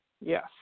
yes